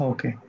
Okay